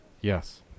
Yes